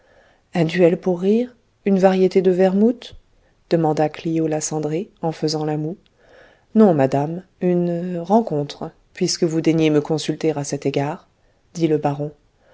un duel pour rire une variété de vermouth demanda clio la cendrée en faisant la moue non madame une rencontre puisque vous daignez me consulter à cet égard dit le baron